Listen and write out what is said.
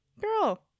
Girl